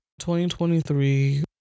2023